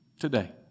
Today